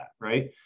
right